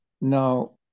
now